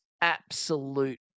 absolute